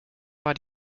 war